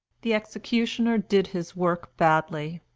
the executioner did his work badly,